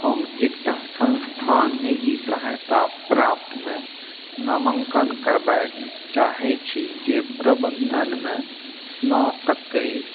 हम एकटा संस्थान निजी सहायता प्राप्त मे नामाङ्कन कराबए चाहैत छी जे प्रबंधन मे स्नातकय